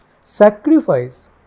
Sacrifice